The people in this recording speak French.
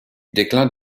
déclin